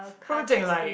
probably take like